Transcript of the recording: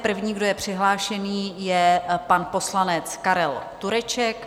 První, kdo je přihlášený, je pan poslanec Karel Tureček.